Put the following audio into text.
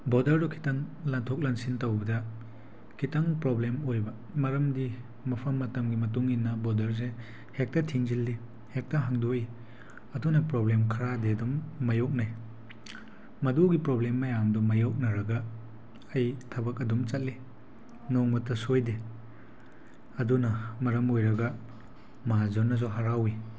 ꯕꯣꯗꯔꯗꯣ ꯈꯤꯇꯪ ꯂꯥꯟꯊꯣꯛ ꯂꯥꯟꯁꯤꯟ ꯇꯧꯕꯗ ꯈꯤꯇꯪ ꯄ꯭ꯔꯣꯕ꯭ꯂꯦꯝ ꯑꯣꯏꯕ ꯃꯔꯝꯗꯤ ꯃꯐꯝ ꯃꯇꯝꯒꯤ ꯃꯇꯨꯡ ꯏꯟꯅ ꯕꯣꯗꯔꯁꯦ ꯍꯦꯛꯇ ꯊꯤꯡꯖꯤꯜꯂꯤ ꯍꯦꯛꯇ ꯍꯥꯡꯗꯣꯛꯏ ꯑꯗꯨꯅ ꯄ꯭ꯔꯣꯕ꯭ꯂꯦꯝ ꯈꯔꯗꯤ ꯑꯗꯨꯝ ꯃꯥꯏꯌꯣꯛꯅꯩ ꯃꯗꯨꯒꯤ ꯄ꯭ꯔꯣꯕ꯭ꯂꯦꯝ ꯃꯌꯥꯝꯗꯨ ꯃꯥꯏꯌꯣꯛꯅꯔꯒ ꯑꯩ ꯊꯕꯛ ꯑꯗꯨꯝ ꯆꯠꯂꯤ ꯅꯣꯡꯃꯇ ꯁꯣꯏꯗꯦ ꯑꯗꯨꯅ ꯃꯔꯝ ꯑꯣꯏꯔꯒ ꯃꯍꯥꯖꯣꯟꯅꯁꯨ ꯍꯔꯥꯎꯋꯤ